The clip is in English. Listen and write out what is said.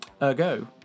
Ergo